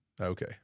Okay